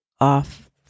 off